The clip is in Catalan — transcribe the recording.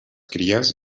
cries